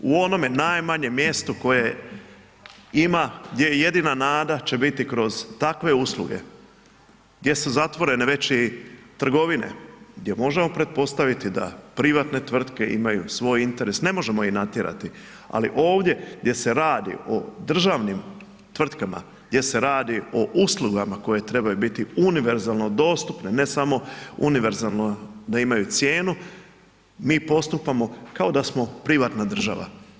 U onome najmanjem mjestu koje ima, gdje jedina nada će biti kroz takve usluge, gdje su zatvorene već i trgovine, gdje možemo pretpostaviti da privatne tvrtke imaju svoj interes, ne možemo ih natjerati, ali ovdje gdje se radi o državnim tvrtkama, gdje se radi o uslugama koje trebaju biti univerzalno dostupne, ne samo univerzalno da imaju cijenu, mi postupamo kao da smo privatna država.